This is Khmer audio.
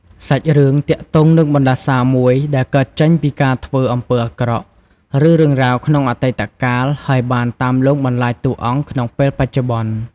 សាច់រឿងទាក់ទងនឹងបណ្ដាសាមួយដែលកើតចេញពីការធ្វើអំពើអាក្រក់ ឬរឿងរ៉ាវក្នុងអតីតកាល ហើយបានតាមលងបន្លាចតួអង្គក្នុងពេលបច្ចុប្បន្ន ។